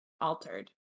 altered